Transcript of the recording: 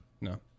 No